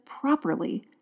properly